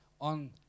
on